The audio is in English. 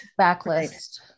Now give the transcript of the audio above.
backlist